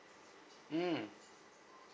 mm